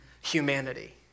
humanity